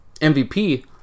MVP